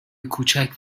کوچک